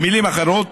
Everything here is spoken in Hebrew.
במילים אחרות,